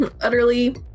utterly